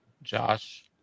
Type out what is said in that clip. Josh